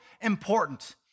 important